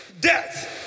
death